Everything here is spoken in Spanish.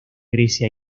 grecia